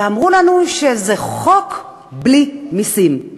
ואמרו לנו שזה חוק בלי מסים.